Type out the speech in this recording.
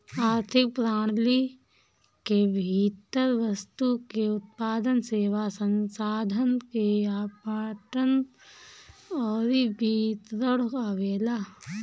आर्थिक प्रणाली के भीतर वस्तु के उत्पादन, सेवा, संसाधन के आवंटन अउरी वितरण आवेला